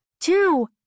Two